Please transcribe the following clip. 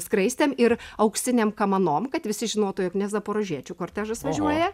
skraistėm ir auksinėm kamanom kad visi žinotų jog ne zaporožiečio kortežas važiuoja